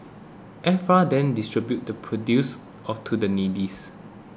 F R then distributes the produce off to the neediest